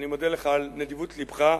אני מודה לך על נדיבות לבך,